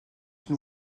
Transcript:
une